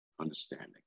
understanding